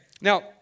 Now